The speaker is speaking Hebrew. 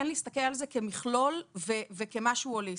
להסתכל על זה כמכלול וכמשהו הוליסטי,